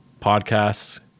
Podcasts